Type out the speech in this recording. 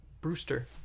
Brewster